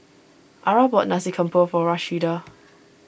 Arah bought Nasi Campur for Rashida